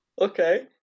Okay